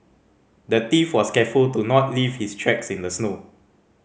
the thief was careful to not leave his tracks in the snow